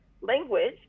language